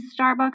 Starbucks